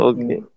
Okay